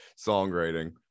songwriting